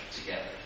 together